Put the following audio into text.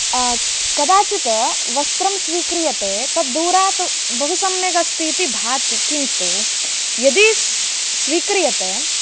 कदाचित् वस्त्रं स्वीक्रियते तद्दूरात् बहु सम्यगस्तीति भाति किन्तु यदि स् स्वीक्रियते